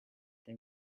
they